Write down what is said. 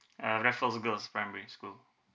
uh raffles girls primary school